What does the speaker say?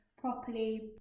properly